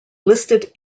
listed